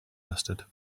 mustard